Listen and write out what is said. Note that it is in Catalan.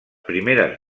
primeres